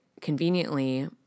conveniently